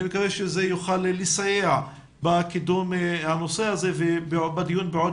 אני מקווה שזה יוכל לסייע בקידום הנושא הזה ובדיון בעוד